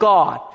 God